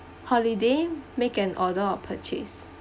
holiday make an order or purchase